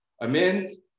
amends